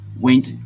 went